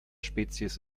spezies